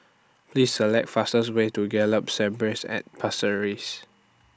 Please Select fastest Way to Gallop Stables At Pasir Ris